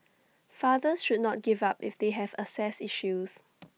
fathers should not give up if they have access issues